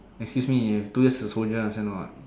excuse me you have two years to soldier you understand or not